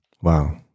Wow